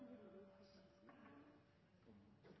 i de